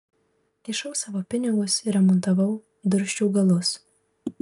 kišau savo pinigus remontavau dursčiau galus